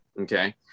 okay